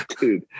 Dude